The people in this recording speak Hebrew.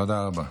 תודה רבה.